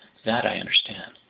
that i understand.